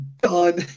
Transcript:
done